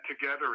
together